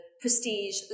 prestige